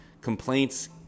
Complaints